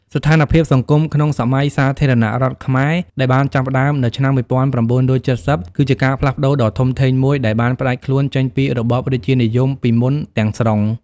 ស្ថានភាពសង្គមក្នុងសម័យសាធារណរដ្ឋខ្មែរដែលបានចាប់ផ្តើមនៅឆ្នាំ ១៩៧០ គឺជាការផ្លាស់ប្តូរដ៏ធំធេងមួយដែលបានផ្តាច់ខ្លួនចេញពីរបបរាជានិយមពីមុនទាំងស្រុង។